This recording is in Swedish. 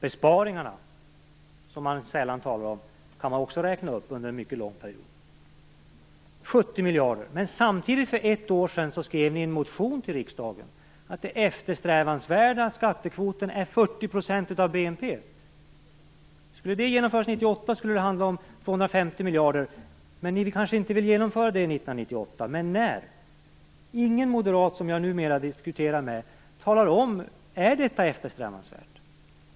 Besparingarna, som man sällan talar om, kan också räknas upp för en mycket lång period. För ett år sedan skrev Moderaterna i en motion till riksdagen att den eftersträvansvärda skattekvoten är 40 % av BNP. Skulle det genomföras 1998, skulle det handla om 250 miljarder. Det kanske ni inte vill genomföra 1998. Men när? Ingen moderat som jag diskuterar med talar om huruvida detta är eftersträvansvärt.